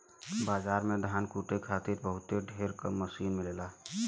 बाजार में धान कूटे खातिर बहुत ढेर क मसीन मिलेला